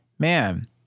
Man